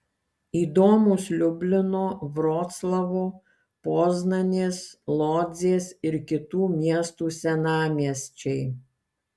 įdomūs liublino vroclavo poznanės lodzės ir kitų miestų senamiesčiai